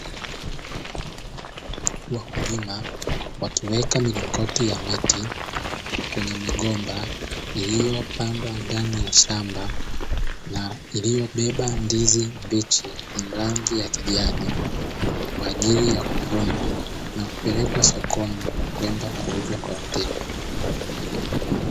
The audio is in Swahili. Wakulima wakiweka milingoti ya miti kwenye migomba iliyopandwa ndani ya shamba. Iliyobeba ndizi mbichi zenye rangi ya kijani kwa ajili ya kuvunwa na kupelekwa sokoni kwenda kuuzwa kwa wateja.